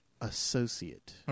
associate